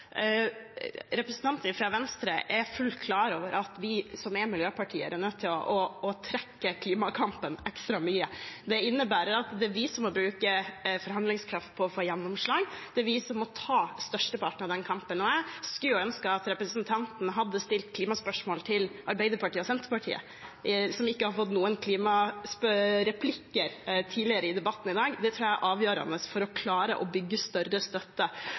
representanten fra Venstre er fullt klar over at vi som er miljøpartier, er nødt til å trekke klimakampen ekstra mye. Det innebærer at det er vi som må bruke forhandlingskraft på å få gjennomslag, og det er vi som må ta størsteparten av den kampen. Jeg skulle ønske at representanten hadde stilt klimaspørsmål til Arbeiderpartiet og Senterpartiet, som ikke har fått noen klimareplikker tidligere i debatten i dag. Det tror jeg er avgjørende for å klare å bygge større støtte